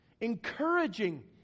encouraging